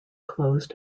closed